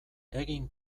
egin